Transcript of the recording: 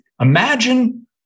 imagine